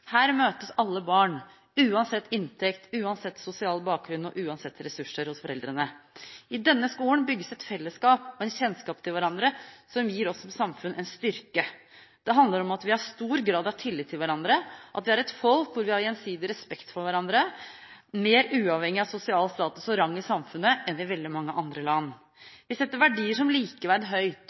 Her møtes alle barn – uansett inntekt, uansett sosial bakgrunn og uansett ressurser hos foreldrene. I denne skolen bygges et fellesskap og en kjennskap til hverandre som gir oss som samfunn en styrke. Det handler om at vi har stor grad av tillit til hverandre, at vi er et folk med gjensidig respekt for hverandre, mer uavhengig av sosial status og rang i samfunnet enn i veldig mange andre land. Vi setter verdier som likeverd høyt,